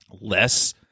less